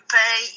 pay